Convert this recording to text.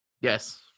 Yes